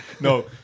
No